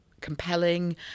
compelling